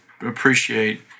appreciate